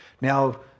Now